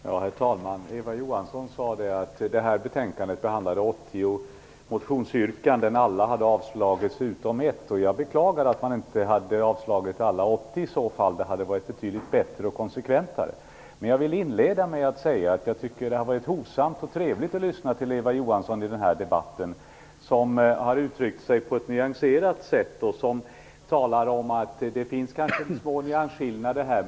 Herr talman! Eva Johansson sade att detta betänkande behandlade 80 motionsyrkanden, och att alla utom ett hade avstyrkts. Jag beklagar att man i så fall inte hade avstyrkt alla 80. Det hade varit betydligt bättre och konsekventare. Jag vill inleda med att säga att det har varit hovsamt och trevligt att lyssna till Eva Johansson i den här debatten. Hon har uttryckt sig på ett nyanserat sätt. Det finns kanske små nyansskillnader här.